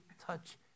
touch